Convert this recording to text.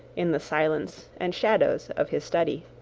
in the silence and shadows of his study.